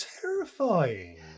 terrifying